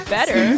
Better